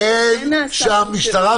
אין שם משטרה.